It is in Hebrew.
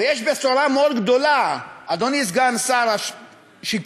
ויש בשורה מאוד גדולה, אדוני שר השיכון,